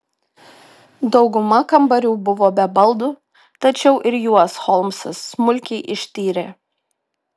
dauguma kambarių buvo be baldų tačiau ir juos holmsas smulkiai ištyrė